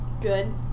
good